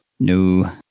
No